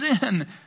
sin